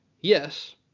Yes